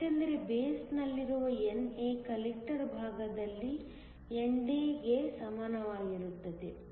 ಏಕೆಂದರೆ ಬೇಸ್ನಲ್ಲಿರುವ NA collector ಭಾಗದಲ್ಲಿ ND ಗೆ ಸಮಾನವಾಗಿರುತ್ತದೆ